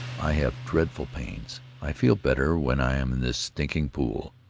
i have dreadful pains i feel better when i am in this stinking pool.